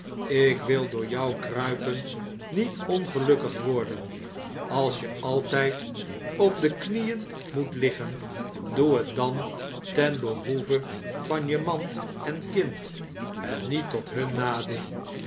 ik wil door jou kruipen niet ongelukkig worden als je altjjd op de knieen moet hggen doe dat dan ten behoeve van je man en kind en niet tot hun nadeel